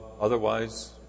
otherwise